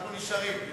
אנחנו נשארים.